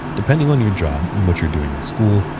depending on your job and what you're doing in school,